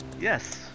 Yes